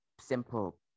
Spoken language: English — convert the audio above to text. simple